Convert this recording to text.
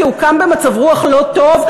כי הוא קם במצב רוח לא טוב,